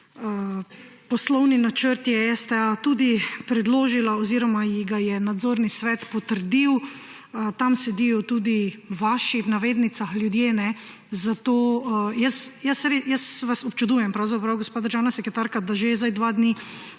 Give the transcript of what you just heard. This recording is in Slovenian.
Poslovni načrti STA, tudi predložila oziroma ji ga je nadzorni svet potrdil. Tam sedijo tudi »vaši« ljudje. Zato jaz vas občudujem pravzaprav, gospa državna sekretarka, da že zdaj dva dni